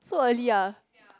so early ah